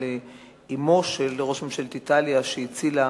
על אמו של ראש ממשלת איטליה שהצילה